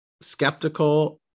skeptical